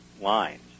lines